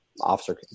officer